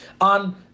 on